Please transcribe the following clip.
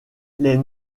les